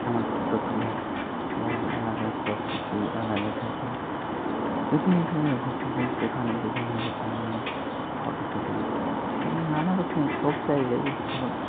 আমার ফটো তোলার পস আলাদা সব কিছুই আলাদা থাকে বিভিন্ন জায়গায় ঘুরতে যায় সেখানে বিভিন্ন রকমের ফটো তুলি সেখানে নানা রকমের সব জায়গায়